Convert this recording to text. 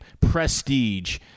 prestige